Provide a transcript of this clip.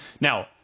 Now